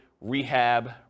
rehab